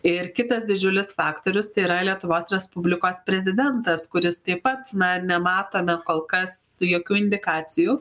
ir kitas didžiulis faktorius tai yra lietuvos respublikos prezidentas kuris taip pat na nematome kol kas jokių indikacijų